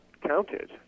counted